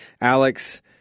Alex